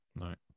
Right